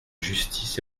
justice